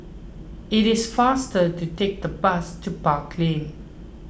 it is faster to take the bus to Park Lane